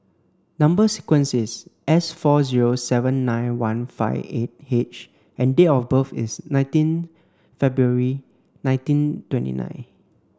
number sequence is S four zero seven nine one five eight H and date of birth is nineteen February nineteen twenty nine